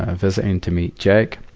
ah visiting to meet jake.